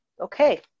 Okay